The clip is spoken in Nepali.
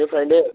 यो फ्राइडे